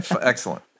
Excellent